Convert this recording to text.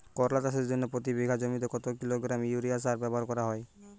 করলা চাষের জন্য প্রতি বিঘা জমিতে কত কিলোগ্রাম ইউরিয়া সার ব্যবহার করা হয়?